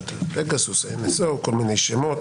פרשת הפגסוס, ה-NSO, כל מיני שמות.